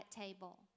table